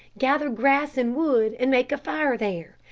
gather grass and wood, and make a fire there.